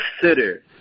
Consider